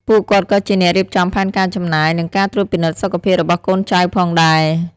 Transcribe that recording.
ពួកគាត់ក៏ជាអ្នករៀបចំផែនការចំណាយ និងការត្រួតពិនិត្យសុខភាពរបស់កូនចៅផងដែរ។